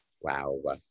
Wow